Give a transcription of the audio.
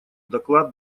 доклад